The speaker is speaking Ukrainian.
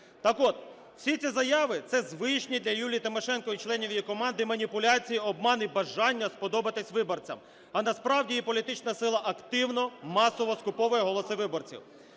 Так от, всі ці заяви – це звичні для Юлії Тимошенко і членів її команди маніпуляції, обман і бажання сподобатись виборцям. А насправді її політична сила активно масово скуповує голоси виборців.